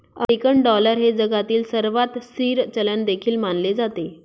American dollar हे जगातील सर्वात स्थिर चलन देखील मानले जाते